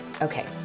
Okay